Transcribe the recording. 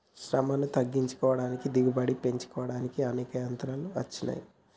శ్రమను తగ్గించుకోడానికి దిగుబడి పెంచుకోడానికి అనేక యంత్రాలు అచ్చినాయి